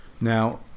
Now